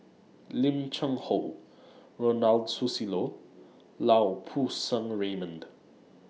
Lim Cheng Hoe Ronald Susilo and Lau Poo Seng Raymond